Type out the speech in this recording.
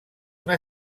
una